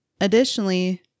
Additionally